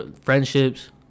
Friendships